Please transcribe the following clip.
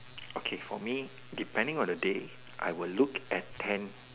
okay for me depending on the day I will look at ten